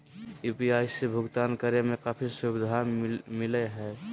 UPI से भुकतान करे में काफी सुबधा मिलैय हइ